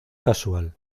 casual